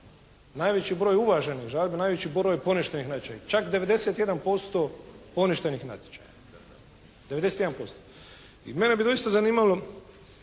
najveći broj uvaženih žalbi. Najveći broj poništenih natječaja. Čak 91% poništenih natječaja. 91%. I mene bi doista zanimalo